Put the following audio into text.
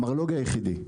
המרלו"ג היחידי.